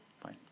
fine